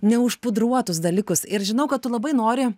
neužpudruotus dalykus ir žinau kad tu labai nori